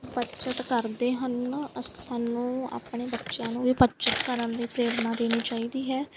ਬੱਚਤ ਕਰਦੇ ਹਨ ਸਾਨੂੰ ਆਪਣੇ ਬੱਚਿਆਂ ਨੂੰ ਵੀ ਬੱਚਤ ਕਰਨ ਦੀ ਪ੍ਰੇਰਣਾ ਦੇਣੀ ਚਾਹੀਦੀ ਹੈ